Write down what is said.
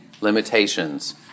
limitations